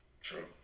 True